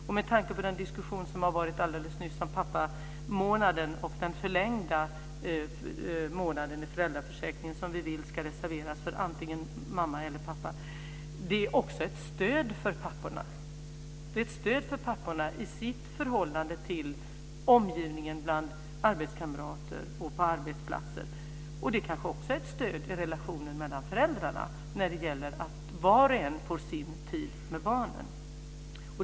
Det fördes en diskussion alldeles nyss om pappamånaden och den förlängda månaden i föräldraförsäkringen som vi vill ska reserveras för antingen mamma eller pappa. Den är också ett stöd för papporna i deras förhållande till omgivningen, bland arbetskamrater och på arbetsplatser. Det är kanske också ett stöd i relationen mellan föräldrarna. Var och en får sin tid med barnen.